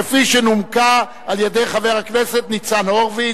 כפי שנומקה על-ידי חבר הכנסת ניצן הורוביץ.